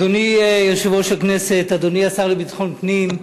אדוני יושב-ראש הכנסת, אדוני השר לביטחון פנים,